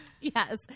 Yes